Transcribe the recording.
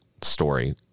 story